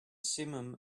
simum